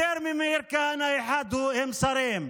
יותר ממאיר כהנא אחד הם שרים.